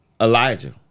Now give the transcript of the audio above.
Elijah